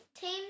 team